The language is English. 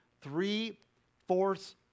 Three-fourths